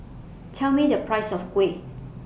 Tell Me The Price of Kuih